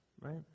right